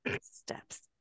Steps